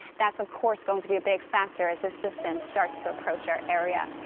that's, of course, going to be a big factor as this system starts to approach our area.